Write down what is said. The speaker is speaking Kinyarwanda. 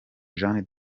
jean